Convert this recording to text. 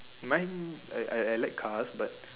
mine I I I like cars but